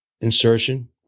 insertion